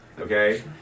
Okay